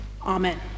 Amen